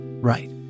right